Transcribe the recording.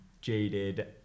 jaded